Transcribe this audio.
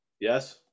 yes